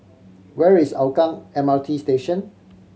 where is Hougang M R T Station